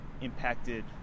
impacted